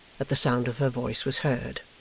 that the sound of her voice was heard.